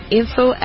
info